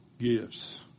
gifts